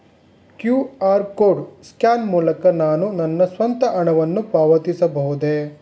QR code scan ಮೂಲಕ ನಾನು ನನ್ನ ಸ್ವಂತ ಹಣವನ್ನು ಪಾವತಿಸಬಹುದೇ?